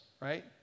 right